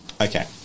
Okay